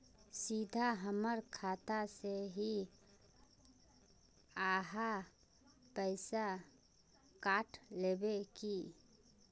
सीधा हमर खाता से ही आहाँ पैसा काट लेबे की?